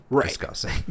discussing